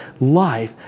life